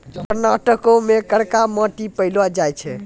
कर्नाटको मे करका मट्टी पायलो जाय छै